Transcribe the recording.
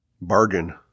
bargain